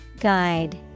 Guide